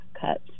cuts